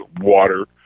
water